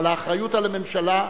אבל האחריות על הממשלה.